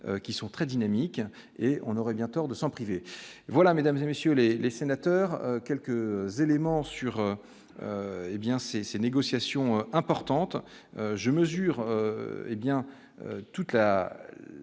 qui sont très dynamiques et on aurait bien tort de s'en priver, voilà, Mesdames et messieurs les les sénateurs, quelques éléments sur hé bien ces ces négociations importantes je mesure hé bien